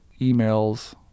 emails